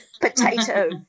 Potato